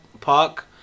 park